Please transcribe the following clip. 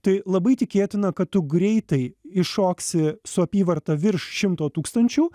tai labai tikėtina kad tu greitai iššoksi su apyvarta virš šimto tūkstančių